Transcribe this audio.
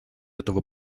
этого